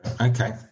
Okay